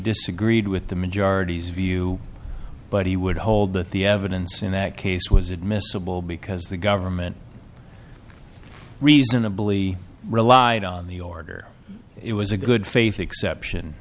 disagreed with the majority's view but he would hold that the evidence in that case was admissible because the government reasonably relied on the order it was a good faith exception